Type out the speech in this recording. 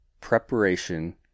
preparation